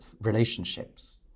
relationships